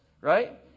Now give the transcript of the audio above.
Right